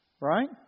Right